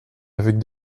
avec